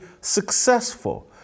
successful